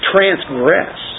Transgress